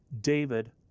David